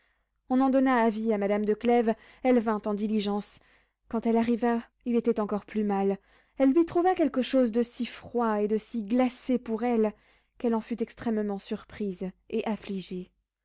on en donna avis à madame de clèves elle vint en diligence quand elle arriva il était encore plus mal elle lui trouva quelque chose de si froid et de si glacé pour elle qu'elle en fut extrêmement surprise et affligée